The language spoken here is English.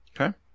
Okay